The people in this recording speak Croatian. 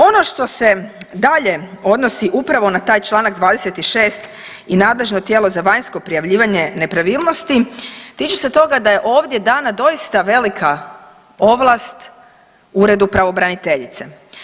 Ono što se dalje odnosi upravo na taj Članak 26. i nadležno tijelo za vanjsko prijavljivanje nepravilnosti tiče se toga da je ovdje dana doista velika ovlast Uredu pravobraniteljice.